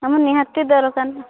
ଆମର ନିହାତି ଦରକାର ନା